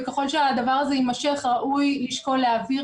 וככול שהדבר הזה יימשך ראוי לשקול להעביר